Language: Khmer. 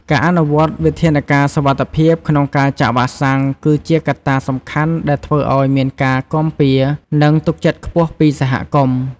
ការអនុវត្តវិធានការសុវត្ថិភាពក្នុងការចាក់វ៉ាក់សាំង គឺជាកត្តាសំខាន់ដែលធ្វើឲ្យមានការគាំរពារ និងទុកចិត្តខ្ពស់ពីសហគមន៍។